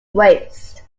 waste